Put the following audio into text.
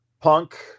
Punk